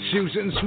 Susan